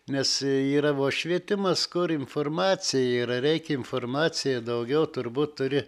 nes vyravo švietimas kur informacija yra reikia informacija daugiau turbūt turi